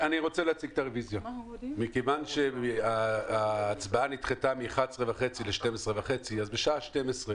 מכיוון שההצבעה נדחתה מ-11:30 ל-12:30, ובשעה